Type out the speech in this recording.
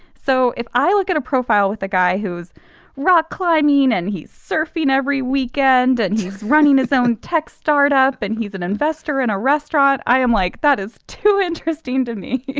so if i look at a profile with a guy who's rock climbing and he's surfing every weekend and he's running his own tech startup and he's an investor in a restaurant i am like that is too interesting to me.